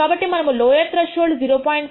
కాబట్టి మనము lower threshold 0